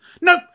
No